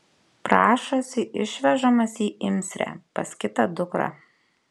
prašosi išvežamas į imsrę pas kitą dukrą